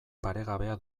paregabea